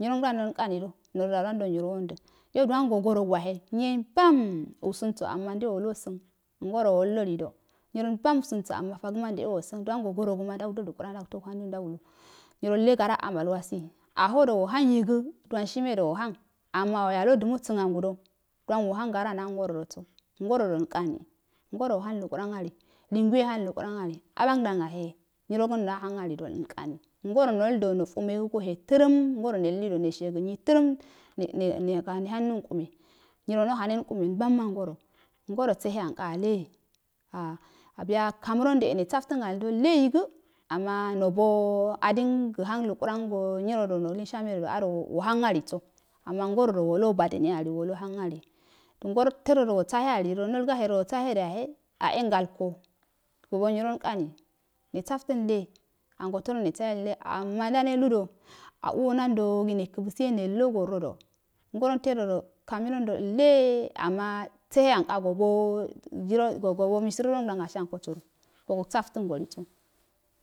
Nyirongdon nol nkanidu no wonduwagan do nyiro wondədo wonda yo dulwango gorogu yahe ruyiye mban usunso ama nduwe woludolido walu wason nyrolmbam sanso ama fagma ndewe wosari duwan do goroguma ndau da lukarn ndauto hannng ndu nyirolle gara a mal wasbi a hodo wahang yaga duwanshine wahang ana woyalodumosan angudo duwan hang gora no wa ngo rodosu ngorodol tani ngoro wohang lu kuwan ali lungu yahong lukura ali abangban yahe nyurogono ahang alieloo ankarii ngoo nedudo nozanogohe taram ngoro no lulido neshege nyinye tarom nene hangune reyirro nohame ngumei bama ngo ro ngoro sehe yanka alle a biya carmewoon do e nabafton alidolleyga amma noiso adon gahang lukuran yo nyurogo lins hame go a waancso ama ngorodo woluwo banune ali wolu wohang ali ngalte lendo wosahe alido ngolgahe do bahe a e ngalko nobo nyral nkai ne saftonlle ango eado nesahalle ama nda ne ludo a uwo nadagi nekutuisihegi nelludoga wordodo ngoronte dodo cameroon do alle ama seheyanka gobo jero misiri rongban asheyan kosoda bosouboflan soliso